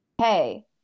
hey